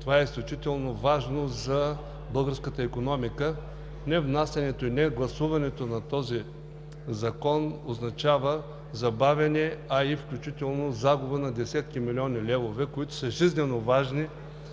това е изключително важно за българската икономика. Невнасянето и негласуването на този Законопроект означава забавяне, включително и загуба на десетки милиони левове, които са жизненоважни